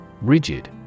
Rigid